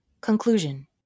conclusion